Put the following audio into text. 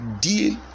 deal